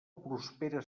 prospera